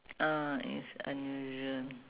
ah it's unusual